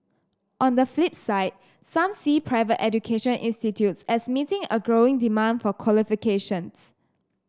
on the flip side some see private education institutes as meeting a growing demand for qualifications